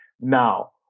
Now